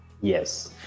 yes